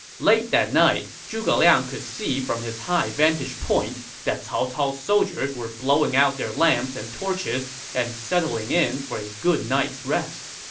late that night, zhuge liang could see from his high vantage point that cao cao's soldiers were blowing out their lamps and torches and settling in for a good night's rest.